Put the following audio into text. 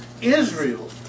Israel